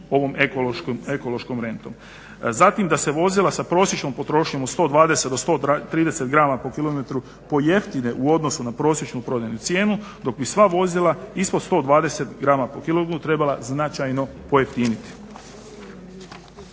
ovom ekološkom rentom. Zatim da se vozila sa prosječnom potrošnjom od 120 do 130 grama po kilogramu pojeftine u odnosu na prosječnu prodajnu cijenu dok bi sva vozila ispod 120 grama po …/Govornik se ne razumije./… trebala značajno pojeftiniti.